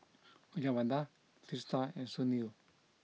Uyyalawada Teesta and Sunil